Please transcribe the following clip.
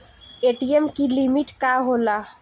ATM की limit का होला?